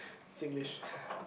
Singlish